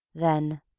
then,